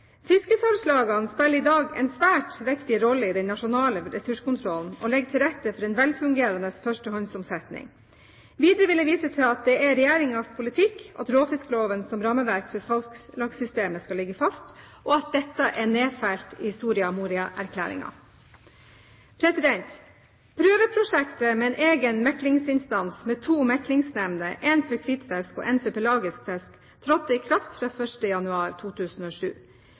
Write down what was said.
Fiskesalgslagene spiller i dag en svært viktig rolle i den nasjonale ressurskontrollen og legger til rette for en velfungerende førstehåndsomsetning. Videre vil jeg vise til at det er Regjeringens politikk at råfiskloven som rammeverk for salgslagssystemet skal ligge fast, og at dette er nedfelt i Soria Moria-erklæringen. Prøveprosjektet med en egen meklingsinstans med to meklingsnemnder – en for hvitfisk og en for pelagisk fisk – trådte i kraft fra 1. januar 2007.